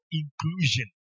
inclusion